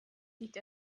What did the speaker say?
liegt